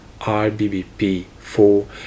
RBBP4